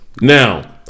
Now